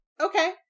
okay